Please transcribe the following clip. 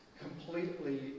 completely